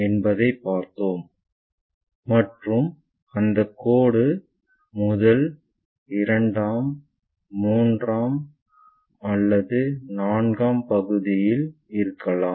என்பதைப் பார்த்தோம் மற்றும் அந்த கோடு முதல் இரண்டாம் மூன்றாம் அல்லது நான்காம் பகுதியில் இருக்கலாம்